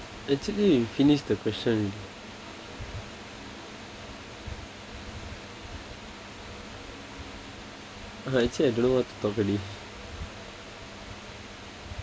actually you finished the question ah actually I don't know what to talk already